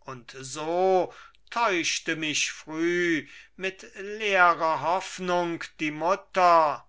und so täuschte mich früh mit leerer hoffnung die mutter